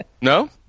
No